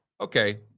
Okay